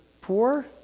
poor